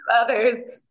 others